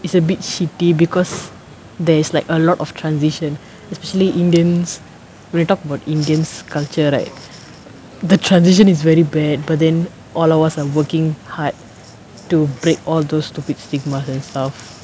it's a bit shitty because there is like a lot of transition especially indians we talked about indians culture right the transition is very bad but then all of us are working hard to break all those stupid stigmas and stuff